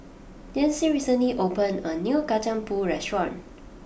Jessee recently opened a new Kacang Pool restaurant